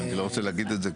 אני לא רוצה להגיד את זה,